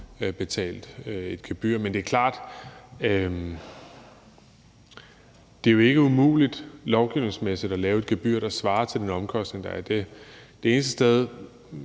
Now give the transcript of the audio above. betalte et gebyr. Men det er klart, at det jo ikke er umuligt lovgivningsmæssigt at lave et gebyr, der svarer til den omkostning, der er. Det eneste sted,